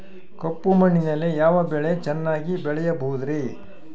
ಕಪ್ಪು ಮಣ್ಣಿನಲ್ಲಿ ಯಾವ ಬೆಳೆ ಚೆನ್ನಾಗಿ ಬೆಳೆಯಬಹುದ್ರಿ?